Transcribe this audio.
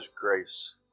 grace